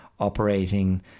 operating